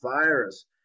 virus